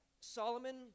Solomon